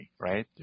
right